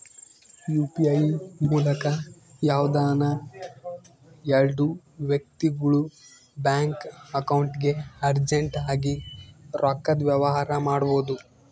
UPI ಮೂಲಕ ಯಾವ್ದನ ಎಲ್ಡು ವ್ಯಕ್ತಿಗುಳು ಬ್ಯಾಂಕ್ ಅಕೌಂಟ್ಗೆ ಅರ್ಜೆಂಟ್ ಆಗಿ ರೊಕ್ಕದ ವ್ಯವಹಾರ ಮಾಡ್ಬೋದು